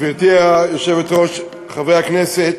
גברתי היושבת-ראש, חברי הכנסת,